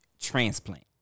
transplant